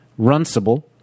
Runcible